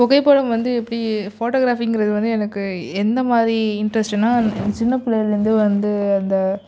புகைப்படம் வந்து எப்படி ஃபோட்டோகிராஃபிங்கிறது வந்து எனக்கு எந்தமாதிரி இன்ட்ரெஸ்ட்டுன்னா எனக்கு சின்ன பிள்ளையிலேருந்து வந்து அந்த